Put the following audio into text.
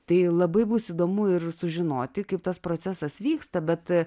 tai labai bus įdomu ir sužinoti kaip tas procesas vyksta bet